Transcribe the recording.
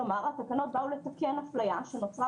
כלומר התקנות באו לתקן אפליה שנוצרה